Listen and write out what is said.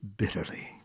bitterly